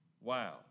Wow